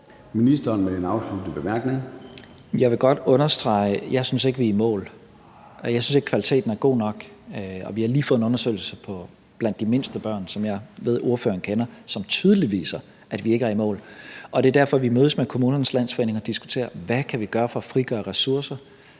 undervisningsministeren (Mattias Tesfaye): Jeg vil godt understrege, at jeg ikke synes, at vi er i mål. Jeg synes ikke, at kvaliteten er god nok. Vi har lige fået en undersøgelse om de mindste børn, som jeg ved at ordføreren kender, og som tydeligt viser, at vi ikke er i mål. Det er derfor, vi mødes med KL og diskuterer, hvad vi kan gøre for at frigøre ressourcer,